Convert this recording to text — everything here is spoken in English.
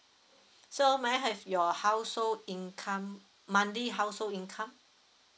so may I have your household income monthly household income